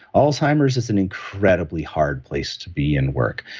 alzheimer's is an incredibly hard place to be and work.